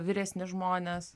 vyresni žmonės